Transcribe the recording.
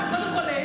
קודם כול,